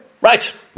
Right